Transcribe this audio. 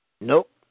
Nope